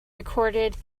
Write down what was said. recorded